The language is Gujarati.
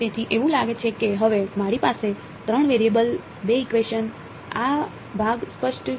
તેથી એવું લાગે છે કે હવે મારી પાસે ત્રણ વેરિયેબલ બે ઇકવેશન આ ભાગ સ્પષ્ટ છે